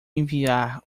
enviar